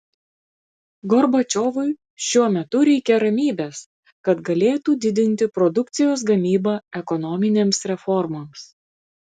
gorbačiovui šiuo metu reikia ramybės kad galėtų didinti produkcijos gamybą ekonominėms reformoms